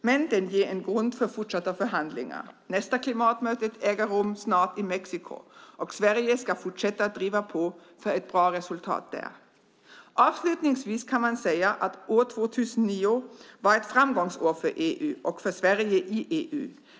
Men den ger en grund för fortsatta förhandlingar. Nästa klimatmöte äger rum snart i Mexiko, och Sverige ska fortsätta att driva på för ett bra resultat där. Avslutningsvis kan man säga att år 2009 var ett framgångsår för EU och för Sverige i EU.